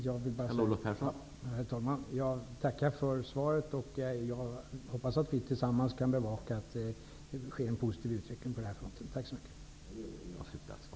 Herr talman! Jag tackar för svaret. Jag hoppas att vi tillsammans kan bevaka att det sker en positiv utveckling på den här fronten.